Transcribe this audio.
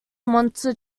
monster